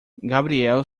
gabriel